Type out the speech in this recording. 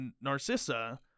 Narcissa